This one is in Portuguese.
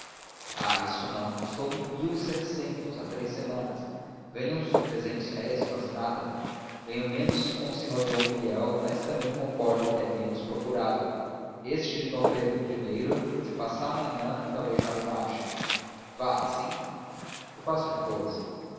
ah isso não custou-me mil e setecentos há três semanas ganho uns trezentos réis quase nada ganho menos com o senhor d miguel mas também concordo que é menos procurado este de d pedro i se passar amanhã talvez já o não ache vá sim eu passo depois